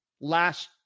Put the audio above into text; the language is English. last